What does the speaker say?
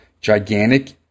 gigantic